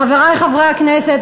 חברי חברי הכנסת,